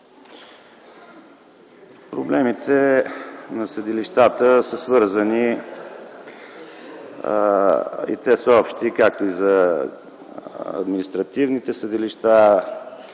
Проблемите на съдилищата са свързани и те са общи както за административните съдилища,